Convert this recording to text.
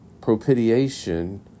propitiation